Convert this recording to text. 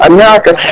America